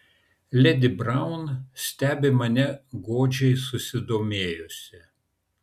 ledi braun stebi mane godžiai susidomėjusi